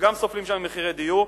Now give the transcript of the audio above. וגם שם סובלים ממחירי הדיור,